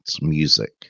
music